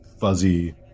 fuzzy